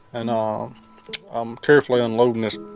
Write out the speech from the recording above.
and um i'm carefully unloading this